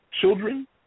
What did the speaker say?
children